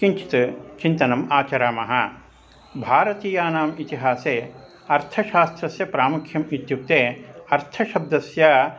किञ्चित् चिन्तनम् आचरामः भारतीयानाम् इतिहासे अर्थशास्त्रस्य प्रामुख्यम् इत्युक्ते अर्थशब्दस्य